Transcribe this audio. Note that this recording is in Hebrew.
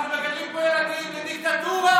אנחנו מגדלים פה ילדים בדיקטטורה.